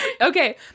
Okay